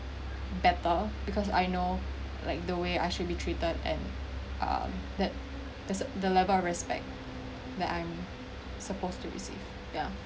better because I know like the way I should be treated and um that that's the level of respect that I'm supposed to receive yeah